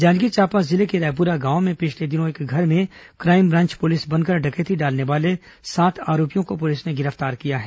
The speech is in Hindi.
जांजगीर चांपा जिले के रायपुरा गांव में पिछले दिनों एक घर में क्राइम ब्रांच पुलिस बनकर डकैती डालने वाले सात आरोपियों को पुलिस ने गिरफ्तार किया है